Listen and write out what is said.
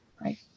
right